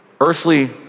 earthly